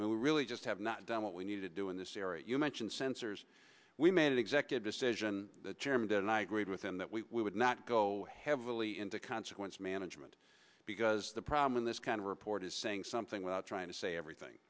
that we really i have not done what we need to do in this area you mentioned sensors we made an executive decision the chairman did and i agreed with him that we would not go heavily into consequence management because the problem in this kind of report is saying something without trying to say everything